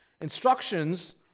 instructions